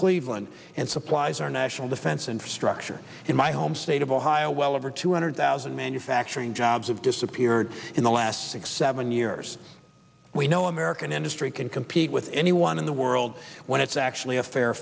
cleveland and supplies our national defense and structure in my home state of ohio well over two hundred thousand manufacturing jobs have disappeared in the last six seven years we no american industry can compete with anyone in the world when it's actually a fair